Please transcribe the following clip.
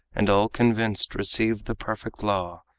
and all convinced received the perfect law,